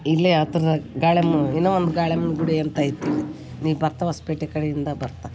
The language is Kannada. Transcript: ಇಲ್ಲೇ ಹತ್ರದಾಗ್ ಗಾಳಿಯಮ್ಮನ್ ಇನ್ನು ಒಂದು ಗಾಳಿಯಮ್ಮನ್ ಗುಡಿ ಅಂತೈತಿ ನೀ ಬರ್ತಾ ಹೊಸ್ಪೇಟೆ ಕಡೆಯಿಂದ ಬರ್ತಾ